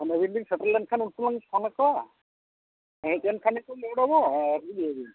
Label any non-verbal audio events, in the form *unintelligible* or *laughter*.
*unintelligible* ᱟᱹᱵᱤᱱ ᱥᱮᱴᱮᱨ ᱞᱮᱱᱠᱷᱟᱱ ᱩᱱᱠᱩ ᱞᱤᱧ ᱯᱷᱳᱱ ᱟᱠᱚᱣᱟ ᱦᱮᱡ ᱞᱮᱱᱠᱷᱟᱱ ᱠᱚ ᱨᱩᱣᱟᱹᱲᱟ ᱵᱚ ᱟᱨ *unintelligible*